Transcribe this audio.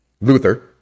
luther